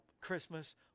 Christmas